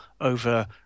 over